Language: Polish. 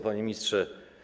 Panie Ministrze!